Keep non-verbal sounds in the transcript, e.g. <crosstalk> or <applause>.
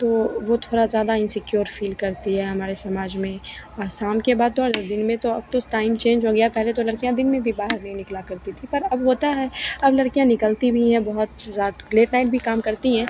तो वह थोड़ा ज़्यादा इन्सेक्योर फिल करती है हमारे समाज में वह शाम के बाद तो <unintelligible> दिन में तो अब तो टाइम चेन्ज हो गया पहले तो लड़कियाँ दिन में भी बाहर नहीं निकला करती थी पर अब <unintelligible> है अब लड़कियाँ निकलती भी हैं बहुत ज्या तो लेट नाइट भी काम करती हैं